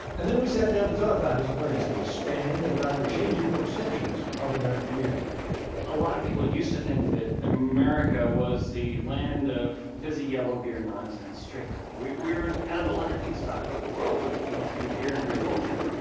and then, we sat down to talk about his plans to expand and about the changing perceptions of american beer a lot of people used to think that america was the land of fizzy yellow beer nonsense, strictly. we we were kind of the laughingstock of the world when it came to beer and beer culture.